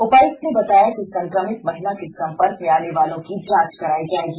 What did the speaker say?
उपायुक्त ने बताया कि संक्रमित महिला के संपर्क में आने वालों की जांच कराई जाएगी